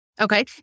Okay